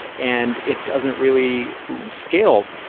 and it doesn't really scale.